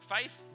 Faith